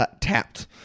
tapped